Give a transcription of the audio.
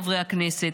חברי הכנסת,